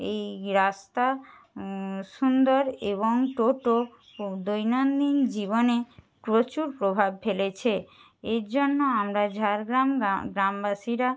এই রাস্তা সুন্দর এবং টোটো ও দৈনন্দিন জীবনে প্রচুর প্রভাব ফেলেছে এর জন্য আমরা ঝাড়গ্রাম গ্রাম গ্রামবাসীরা